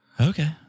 Okay